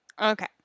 Okay